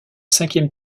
cinquième